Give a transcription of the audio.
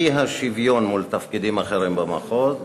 האי-שוויון מול תפקידים אחרים במחוז?